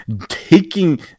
taking